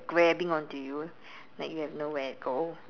grabbing onto you like you have nowhere to go